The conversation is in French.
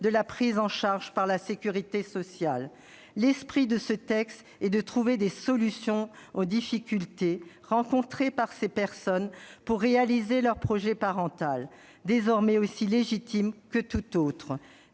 de toute prise en charge par la sécurité sociale. L'esprit de ce texte est de trouver des solutions aux difficultés rencontrées par ces personnes pour réaliser leur projet parental, désormais aussi légitime que tout autre.